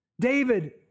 David